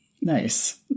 nice